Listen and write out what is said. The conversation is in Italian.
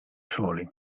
soli